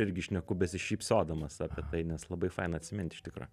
irgi šneku besišypsodamas apie tai nes labai faina atsimint iš tikro